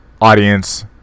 audience